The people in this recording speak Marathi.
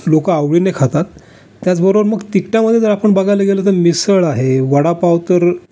लोक आवडीने खातात त्याच बरोबर मग तिखटामध्ये जर आपण बघायला गेलं तर मिसळ आहे वडापाव तर